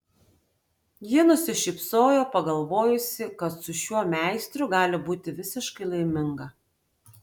ji nusišypsojo pagalvojusi kad su šiuo meistru gali būti visiškai laiminga